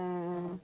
অঁ অঁ